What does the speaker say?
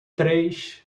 três